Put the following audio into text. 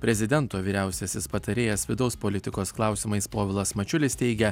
prezidento vyriausiasis patarėjas vidaus politikos klausimais povilas mačiulis teigia